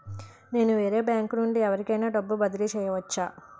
నేను వేరే బ్యాంకు నుండి ఎవరికైనా డబ్బు బదిలీ చేయవచ్చా?